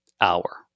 hour